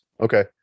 Okay